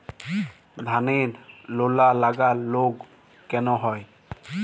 ধানের লোনা লাগা রোগ কেন হয়?